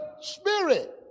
spirit